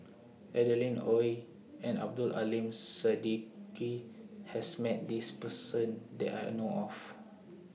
Adeline Ooi and Abdul Aleem Siddique has Met This Person that I know of